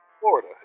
Florida